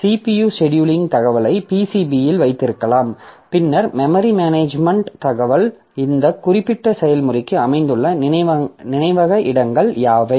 CPU scheduling தகவலை PCB இல் வைத்திருக்கலாம் பின்னர் மெமரி மேனேஜ்மென்ட் தகவல் இந்த குறிப்பிட்ட செயல்முறைக்கு அமைந்துள்ள நினைவக இடங்கள் யாவை